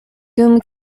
dum